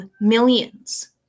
millions